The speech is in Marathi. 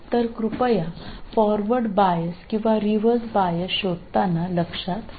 तर कृपया फॉरवर्ड बायस आणि रिव्हर्स बायस शोधताना लक्षात ठेवा